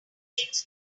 links